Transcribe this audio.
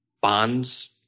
bonds